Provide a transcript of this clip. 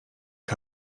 der